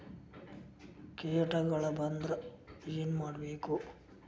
ಕೇಟಗಳ ಬಂದ್ರ ಏನ್ ಮಾಡ್ಬೇಕ್?